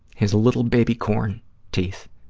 his little baby-corn teeth,